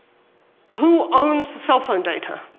who owns the cell phone data,